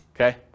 Okay